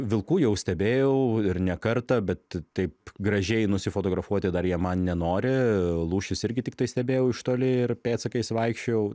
vilkų jau stebėjau ir ne kartą bet taip gražiai nusifotografuoti dar jie man nenori lūšis irgi tiktai stebėjau iš toli ir pėdsakais vaikščiojau